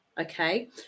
okay